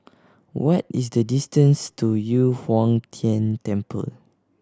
what is the distance to Yu Huang Tian Temple